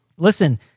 Listen